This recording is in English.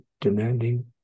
demanding